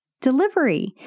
delivery